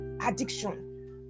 addiction